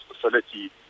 facility